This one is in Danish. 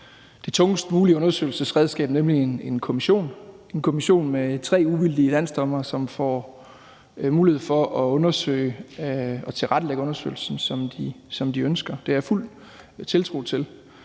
det tungest mulige undersøgelsesredskab, nemlig en kommission. Det er en kommission med tre uvildige landsdommere, som får mulighed for at undersøge det og tilrettelægge undersøgelsen, som de ønsker. Det har jeg fuld tiltro til.